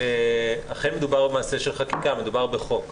אכן מדובר במעשה של חקיקה, מדובר בחוק.